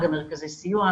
גם מרכזי סיוע,